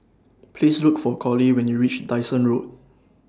Please Look For Collie when YOU REACH Dyson Road